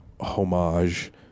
homage